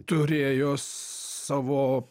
turėjo savo